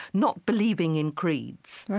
not believing in creeds,